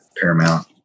Paramount